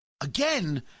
Again